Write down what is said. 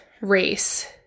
race